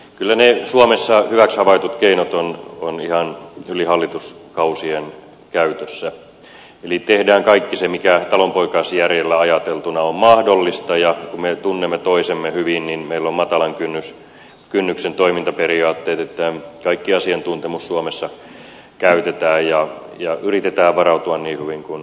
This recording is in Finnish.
kyllä ne suomessa hyväksi havaitut keinot ovat ihan yli hallituskausien käytössä eli tehdään kaikki se mikä talonpoikaisjärjellä ajateltuna on mahdollista ja kun me tunnemme toisemme hyvin niin meillä on matalan kynnyksen toimintaperiaatteet että kaikki asiantuntemus suomessa käytetään ja yritetään varautua niin hyvin kuin pystytään